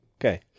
Okay